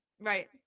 Right